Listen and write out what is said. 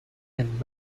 and